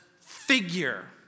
figure